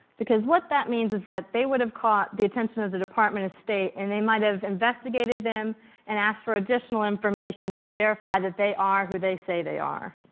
because what that means is that they would have caught the attention of the department of state, and they might have investigated them and asked for additional information to verify that they are who they say they are.